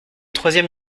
troisième